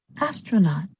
Astronaut